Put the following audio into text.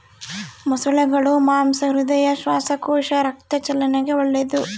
ಮೊಸಳೆಗುಳ ಮಾಂಸ ಹೃದಯ, ಶ್ವಾಸಕೋಶ, ರಕ್ತ ಚಲನೆಗೆ ಒಳ್ಳೆದು